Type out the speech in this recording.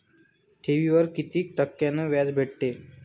ठेवीवर कितीक टक्क्यान व्याज भेटते?